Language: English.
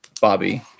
Bobby